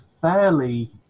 fairly